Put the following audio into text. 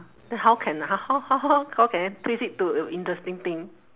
then how can I h~ how how how how how can I twist it to i~ interesting thing